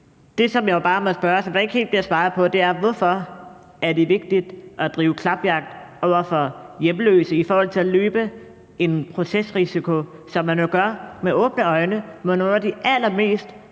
Det, som jeg bare må spørge om, og som der ikke helt bliver svaret på, er: Hvorfor er det vigtigt at drive klapjagt på hjemløse i forhold til at løbe en procesrisiko, som man jo gør med åbne øjne, mod nogle af de allermest